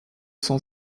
s’en